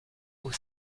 aux